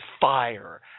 fire